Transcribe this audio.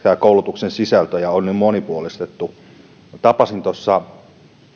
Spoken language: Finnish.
koulutuksen sisältöjä on nyt monipuolistettu tuossa